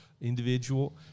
individual